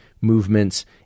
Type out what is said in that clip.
movements